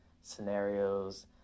scenarios